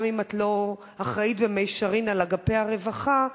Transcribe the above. גם אם את לא אחראית במישרין לאגפי הרווחה,